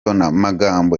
magambo